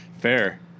Fair